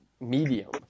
medium